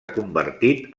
convertit